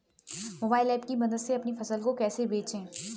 Mobile app की मदद से अपनी फसलों को कैसे बेचें?